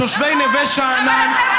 תושבי נווה שאנן,